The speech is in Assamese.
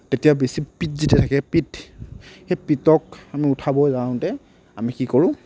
তেতিয়া বেছি পিট যেতিয়া থাকে পিট সেই পিটক আমি উঠাব যাওঁতে আমি কি কৰোঁ